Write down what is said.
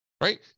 right